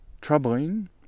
troubling